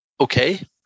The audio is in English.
okay